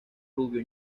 rubio